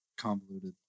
convoluted